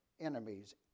enemies